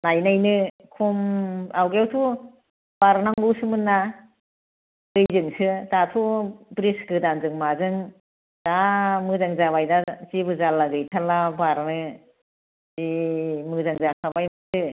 नायनायनो खम आवगाययावथ' बारनांगौसोमोन ना दैजोंसो दाथ' ब्रिद्ज गोदानजों माजों जा मोजां जाबाय दा जेबो जारला गैथारला बारनो जि मोजां जाखाबायबो